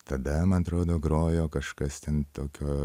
tada man atrodo grojo kažkas ten tokio